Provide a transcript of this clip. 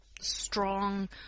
strong